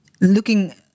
looking